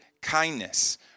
kindness